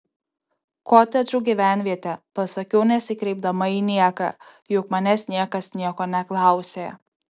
kotedžų gyvenvietė pasakiau nesikreipdama į nieką juk manęs niekas nieko neklausė